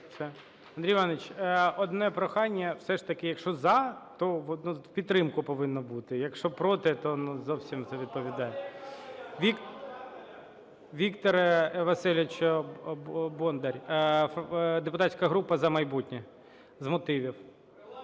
Андрій Іванович, одне прохання все ж таки, якщо – за, то в підтримку повинно бути, якщо – проти, то, ну, не зовсім це відповідає... Віктор Васильович Бондар, депутатська група "За майбутнє" з мотивів.